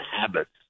habits